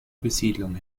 besiedlung